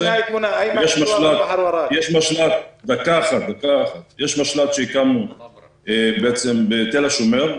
יש משל"ט שהקמנו בתל השומר,